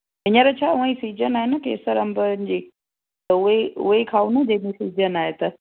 हीअंर छा उहे ई सीजन आहे न केसर अंबनि जी त उहे उहे ई खाऊं न जंहिंजी सीजन आए त